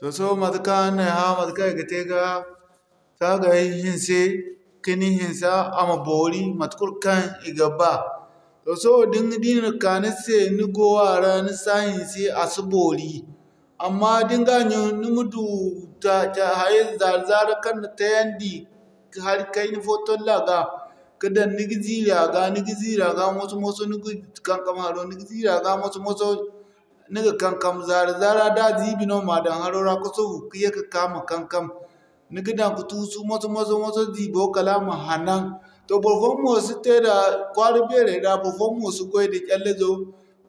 Toh sohõ araŋ na ay hã matekaŋ i ga te ka sagay haŋse, ka ni haŋse i ma boori matekaŋ i ga ba. Toh sohõ din di i na ka ni se ni go a ra da ni sa hinse a si boori. Amma da ni ga ɲun ni ma du zaara-zaara kaŋ na tayandi ka hari kayna fo tolli a ga. Ni ga ka daŋ ni ga ziiri a ga ni ga ziiri a ga moso-moso ni ga kankam haro ni ga ziiri a ga moso-moso ni ga kankam zaara-zaara da ziibi no ma daŋ haro ra ka sufu ka yee ka'ka ma kankam ni ga daŋ ka tuusu moso-moso moso-moso ziibo kala a ma hanan. Toh barfoyaŋ mo si te da, kwaara beeray ra barfoyaŋ mo si gway da callaizo,